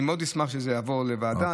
אני מאוד אשמח שזה יעבור לוועדה.